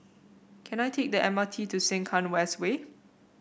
can I take the M R T to Sengkang West Way